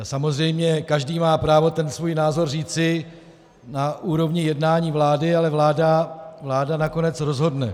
Samozřejmě každý má právo ten svůj názor říci na úrovni jednání vlády, ale vláda nakonec rozhodne.